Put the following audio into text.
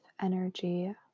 energy